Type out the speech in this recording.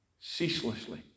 ceaselessly